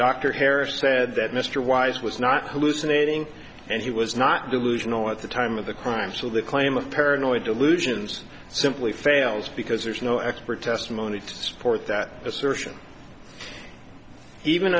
dr harris said that mr wise was not hallucinating and he was not delusional at the time of the crime so the claim of paranoid delusions simply fails because there's no expert testimony to support that assertion even